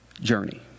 journey